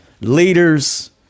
leaders